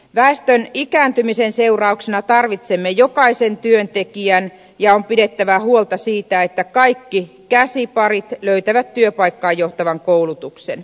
väestön ikääntymisen seurauksena tarvitsemme jokaisen työntekijän ja on pidettävä huolta siitä että kaikki käsiparit löytävät työpaikkaan johtavan koulutuksen